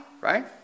right